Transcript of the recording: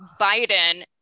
Biden